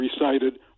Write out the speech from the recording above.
recited